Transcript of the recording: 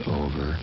over